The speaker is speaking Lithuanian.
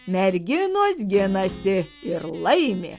merginos ginasi ir laimi